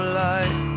light